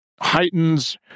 heightens